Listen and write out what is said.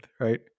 right